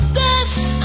best